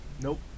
Nope